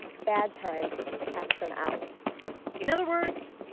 bad times cast them out in other words,